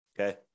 okay